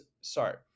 Sorry